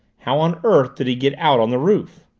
how on earth did he get out on the roof?